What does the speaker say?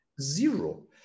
Zero